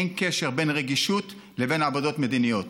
אין קשר בין רגישות לבין עמדות מדיניות.